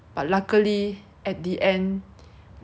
like both the Airbnb and the air plane ticket